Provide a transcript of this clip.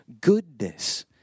goodness